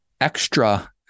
extra